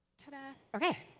tada. okay.